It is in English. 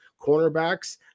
cornerbacks